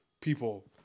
people